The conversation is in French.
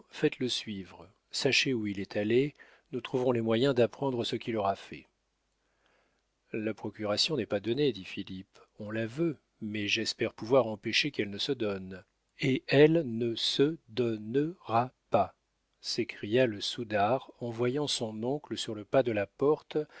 faites-le suivre sachez où il est allé nous trouverons les moyens d'apprendre ce qu'il aura fait la procuration n'est pas donnée dit philippe on la veut mais j'espère pouvoir empêcher qu'elle ne se donne et elle ne se don ne ra pas s'écria le soudard en voyant son oncle sur le pas de la porte